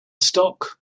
stock